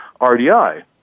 RDI